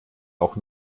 auch